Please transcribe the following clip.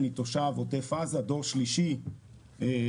אני תושב עוטף עזה, דור שלישי לקיבוצניקים.